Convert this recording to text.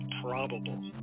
probable